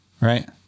Right